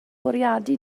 bwriadu